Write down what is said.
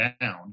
down